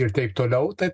ir taip toliau tai